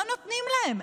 לא נותנים להם.